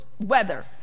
weather